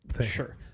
Sure